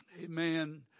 Amen